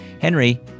Henry